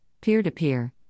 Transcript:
peer-to-peer